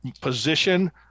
position